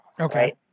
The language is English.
Okay